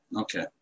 okay